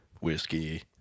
Whiskey